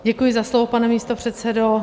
Děkuji za slovo, pane místopředsedo.